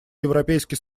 европейский